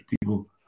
People